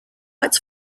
its